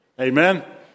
Amen